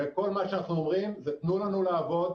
וכל מה שאנחנו אומרים זה תנו לנו לעבוד.